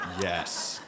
Yes